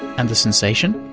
and the sensation?